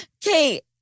Kate